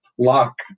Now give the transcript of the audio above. lock